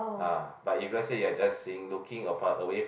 ah but if let's say you are just seeing looking away